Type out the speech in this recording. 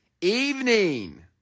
evening